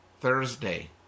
Thursday